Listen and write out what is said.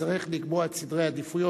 ונצטרך לקבוע את סדרי העדיפויות,